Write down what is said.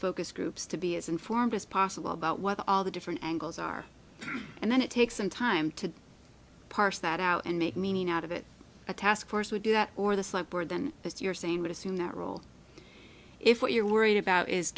focus groups to be as informed as possible about what all the different angles are and then it takes some time to parse that out and make meaning out of it a task force would do that or the slight board then as you're saying would assume that role if what you're worried about is